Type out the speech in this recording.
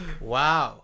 Wow